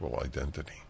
identity